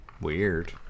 Weird